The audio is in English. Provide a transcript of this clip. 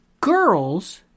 Girls